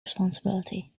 responsibility